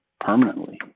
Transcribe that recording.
permanently